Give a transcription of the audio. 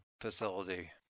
facility